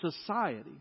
society